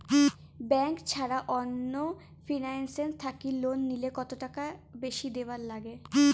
Bank ছাড়া অন্য financial থাকি লোন নিলে কতটাকা বেশি দিবার নাগে?